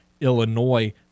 Illinois